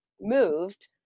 moved